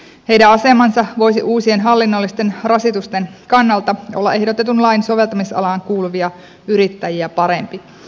heidän asemansa voisi uusien hallinnollisten rasitusten kannalta olla ehdotetun lain soveltamisalaan kuuluvia yrittäjiä parempi